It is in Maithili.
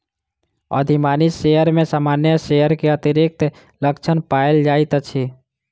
अधिमानी शेयर में सामान्य शेयर के अतिरिक्त लक्षण पायल जाइत अछि